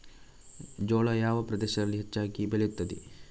ಜೋಳ ಯಾವ ಪ್ರದೇಶಗಳಲ್ಲಿ ಹೆಚ್ಚಾಗಿ ಬೆಳೆಯುತ್ತದೆ?